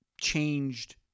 changed